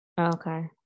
okay